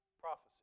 prophecy